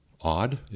odd